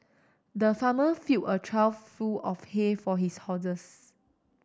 the farmer filled a trough full of hay for his horses